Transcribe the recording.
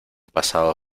pasado